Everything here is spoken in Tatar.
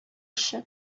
эше